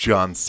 John